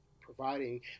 providing